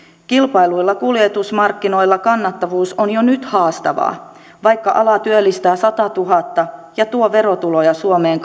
kilpailluilla kuljetusmarkkinoilla kannattavuus on jo nyt haastavaa vaikka ala työllistää satatuhatta ja tuo verotuloja suomeen